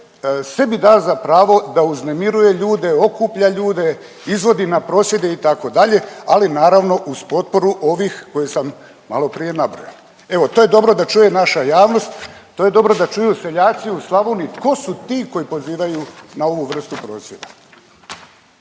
sebi da za pravo da uznemiruje ljude, okuplja ljude, izvodi na prosvjede itd., ali naravno uz potporu ovih koje sam maloprije nabrojao. Evo to je dobro da čuje naša javnost, to je dobro da čuju seljaci u Slavoniji tko su ti koji pozivaju na ovu vrstu prosvjeda.